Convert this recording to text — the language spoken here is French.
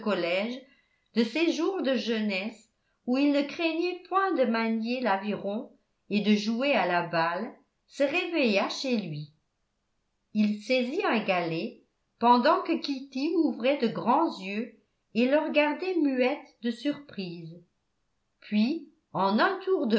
de ses jours de jeunesse où il ne craignait point de manier l'aviron et de jouer à la balle se réveilla chez lui il saisit un galet pendant que kitty ouvrait de grands yeux et le regardait muette de surprise puis en un tour